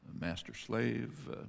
master-slave